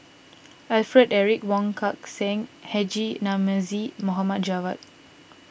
Alfred Eric Wong Kan Seng Haji Namazie Mohamed Javad